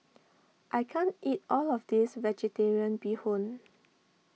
I can't eat all of this Vegetarian Bee Hoon